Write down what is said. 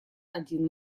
один